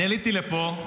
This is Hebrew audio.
עליתי לפה,